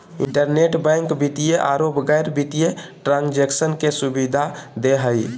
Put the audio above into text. internet bank वित्तीय औरो गैर वित्तीय ट्रांन्जेक्शन के सुबिधा दे हइ